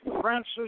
Francis